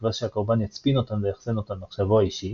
בתקווה שהקורבן יצפין אותן ויאחסן אותן במחשבו האישי